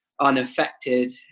unaffected